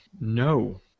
No